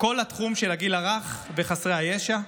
כל התחום של הגיל הרך וחסרי הישע.